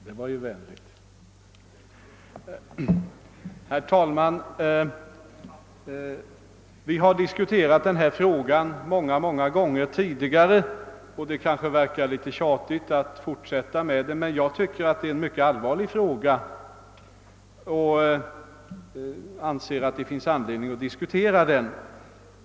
Herr talman! Vi har diskuterat denna fråga många, många gånger tidigare, och det verkar kanske litet tjatigt att fortsätta diskussionen. Men jag tycker att det är en mycket allvarlig fråga, varför jag anser att det finns anledning att diskutera den.